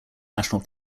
national